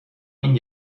این